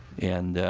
and